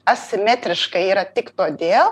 asimetriškai yra tik todėl